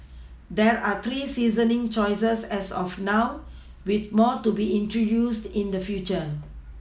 there are three seasoning choices as of now with more to be introduced in the future